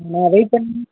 நான் வெயிட் பண்ணி